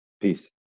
Peace